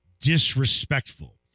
disrespectful